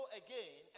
again